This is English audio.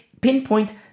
pinpoint